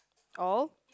all